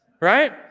Right